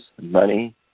money